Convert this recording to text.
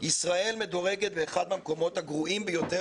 ישראל מדורגת באחד מהמקומות הגרועים ביותר